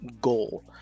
goal